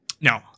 No